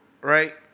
right